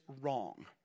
wrong